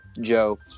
joe